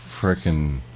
freaking